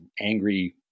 angry